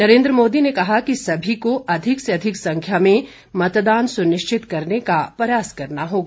नरेन्द्र मोदी ने कहा कि सभी को अधिक से अधिक संख्या में मतदान सुनिश्चित कराने का प्रयास करना होगा